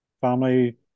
family